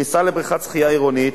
כניסה לבריכת שחייה עירונית,